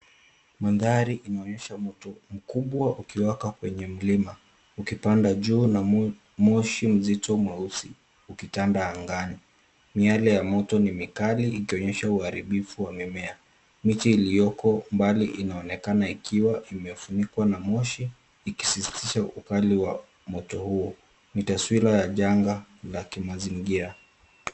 Mandhari inaonyesha moto mkubwa ukiwaka kwenye mlima, ukipanda juu na moshi mzito mweusi ukitanda angani. Miale ya moto ni mikali ikionyesha uharibifu wa mimea. Miti iliyoko mbali inaonekana ikiwa imefunikwa na moshi, ikisisitiza ukali wa moto huo, ni taswira ya janga la kimazingira.